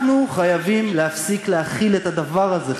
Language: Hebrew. אנחנו חייבים להפסיק להכיל את הדבר הזה,